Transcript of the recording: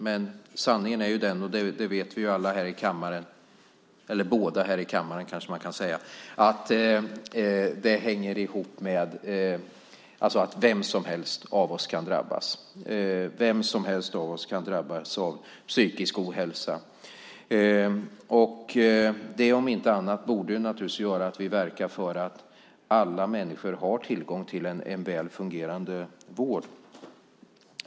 Men sanningen är ju den - och det vet vi båda här i kammaren - att vem som helst av oss kan drabbas av psykisk ohälsa. Det om inte annat borde göra att vi verkar för att alla människor har tillgång till en väl fungerande vård.